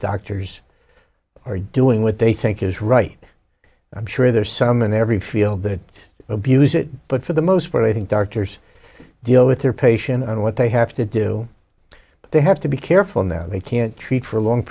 doctors are doing what they think is right and i'm sure there are some in every field that abuse it but for the most part waiting doctors deal with their patients and what they have to do they have to be careful now they can't treat for long